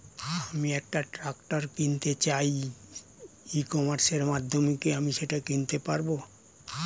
আমি একটা ট্রাক্টর কিনতে চাই ই কমার্সের মাধ্যমে কি আমি সেটা কিনতে পারব?